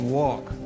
walk